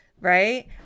right